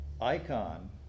icon